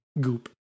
goop